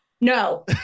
No